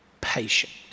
patient